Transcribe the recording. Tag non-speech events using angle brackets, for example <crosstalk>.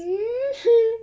<noise>